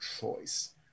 choice